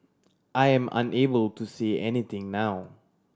I am unable to say anything now